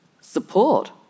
support